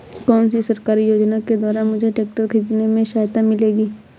कौनसी सरकारी योजना के द्वारा मुझे ट्रैक्टर खरीदने में सहायता मिलेगी?